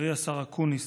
חברי השר אקוניס.